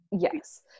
Yes